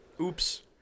Oops